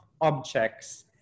objects